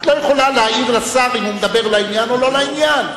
את לא יכולה להעיר לשר אם הוא מדבר לעניין או לא לעניין.